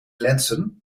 lenzen